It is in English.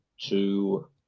two